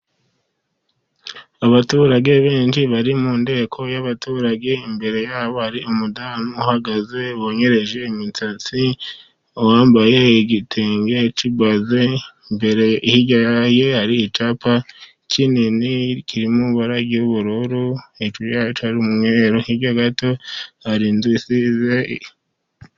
Abaturage benshi bari mu nteko y'abaturage, imbere yabo, hari umudamu uhagaze wanyereje imisatsi, wambaye igitenge cy'ibaze, hirya hari icyapa kinini kirimo ibara ry'ubururu , hirya hari umwe hirya gato hari igiti.